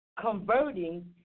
converting